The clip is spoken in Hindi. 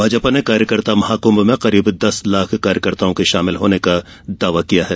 भाजपा ने कार्यकर्ता महाकृभ में करीब दस लाख कार्यकर्ताओं के शामिल होने का दावा किया है